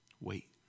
Wait